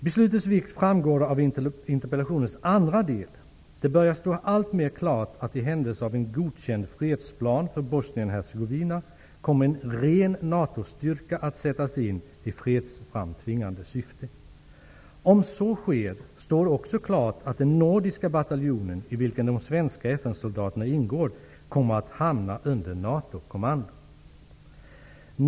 Beslutets vikt framgår av interpellationens andra del. Det börjar stå alltmer klart att i händelse av en godkänd fredsplan för Bosnien-Hercegovina kommer en ren NATO-styrka att sättas in i fredsframtvingande syfte. Om så sker står också klart att den nordiska bataljonen, i vilken de svenska FN-soldaterna ingår, kommer att hamna under NATO-kommando.